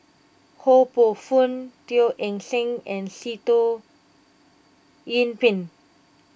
Ho Poh Fun Teo Eng Seng and Sitoh Yih Pin